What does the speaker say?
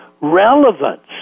relevance